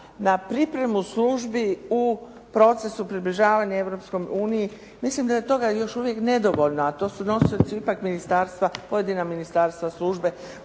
na pripremu službi u procesu približavanja Europskoj uniji, mislim da je toga još uvijek nedovoljno, a to su nosioci ipak ministarstva,